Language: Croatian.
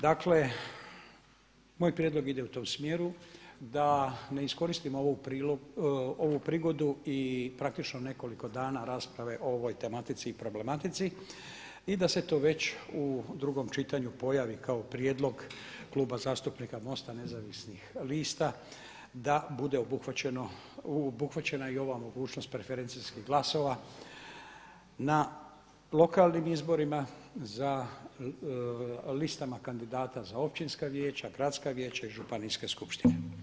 Dakle, moj prijedlog ide u tom smjeru sa ne iskoristim ovu prigodu i praktički nekoliko dana rasprave o ovoj tematici i problematici i da se to već u drugom čitanju pojavi kao prijedlog Kluba zastupnika MOST-a Nezavisnih lista da bude obuhvaćena i ova mogućnost preferencijskih glasova na lokalnim izborima na listama kandidata za općinska vijeća, gradska vijeća i županijske skupštine.